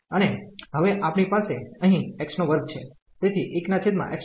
અને હવે આપણી પાસે અહીં x2છે તેથી 1x2